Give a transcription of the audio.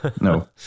No